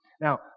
Now